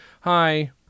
Hi